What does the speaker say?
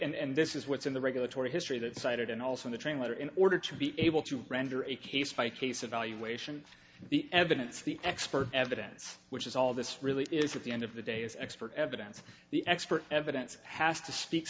make and this is what's in the regulatory history that cited and also the train letter in order to be able to render a case by case evaluation the evidence the expert evidence which is all this really is at the end of the day is expert evidence the expert evidence has to speak